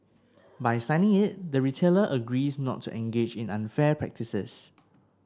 by signing it the retailer agrees not to engage in unfair practices